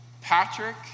Patrick